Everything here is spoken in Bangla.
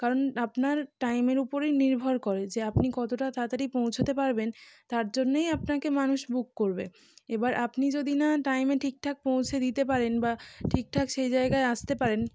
কারণ আপনার টাইমের উপরেই নির্ভর করে যে আপনি কতটা তাড়াতাড়ি পৌঁছতে পারবেন তার জন্যই আপনাকে মানুষ বুক করবে এবার আপনি যদি না টাইমে ঠিকঠাক পৌঁছে দিতে পারেন বা ঠিকঠাক সেই জায়গায় আসতে পারেন